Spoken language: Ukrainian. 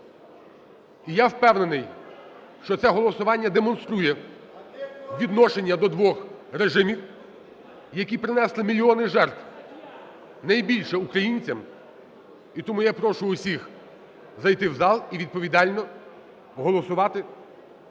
І я впевнений, що це голосування демонструє відношення до двох режимів, які принесли мільйони жертв, найбільше українцям. І тому я прошу усіх зайти в залі і відповідально голосувати, приймаючи